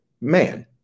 man